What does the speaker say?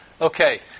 Okay